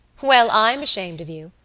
well, i'm ashamed of you,